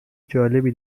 جالبی